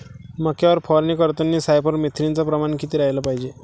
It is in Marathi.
मक्यावर फवारनी करतांनी सायफर मेथ्रीनचं प्रमान किती रायलं पायजे?